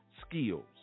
skills